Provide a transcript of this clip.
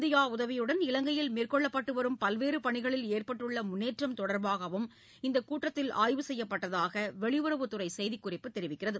India உதவியுடன் இலங்கையில் மேற்கொள்ளப்பட்டு வரும் பல்வேறு பணிகளில் ஏற்பட்டுள்ள முன்னேற்றம் தொடர்பாகவும் இந்தக் கூட்டத்தில் ஆய்வு செய்யப்பட்டதாக வெளியுறவுத்துறை செய்திக் குறிப்பு தெரிவிக்கிறது